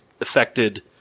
affected